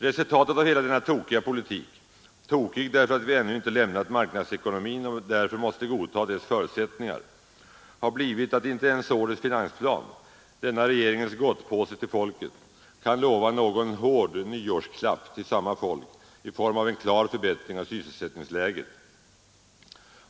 Resultatet av hela denna tokiga politik — tokig därför att vi ännu inte lämnat marknadsekonomin och därför måste godta dess förutsättningar — har blivit att inte ens årets finansplan, denna regeringens gottpåse till folket, kan lova någon ”hård” nyårsklapp till samma folk i form av en klar förbättring av sysselsättningsläget.